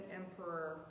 emperor